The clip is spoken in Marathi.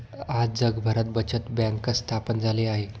आज जगभरात बचत बँक स्थापन झाली आहे